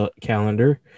calendar